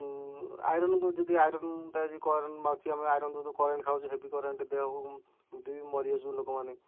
iron ଯଦି ଆଇରନ୍ଟା ଯଦି କରେଣ୍ଟ୍ ମାରୁଛି ଆମେ ଆଇରନ୍ ଦେଉ ଦେଉ କରେଣ୍ଟ୍ ଖାଉଛୁ ହେବି କରେଣ୍ଟ୍ ଦେହକୁ ଏମିତି ବି ମରି ଯାଉଛନ୍ତି ଲୋକମାନେ